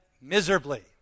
miserably